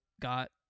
got